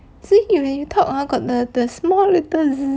see when you when you talk ah got the small little